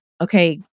okay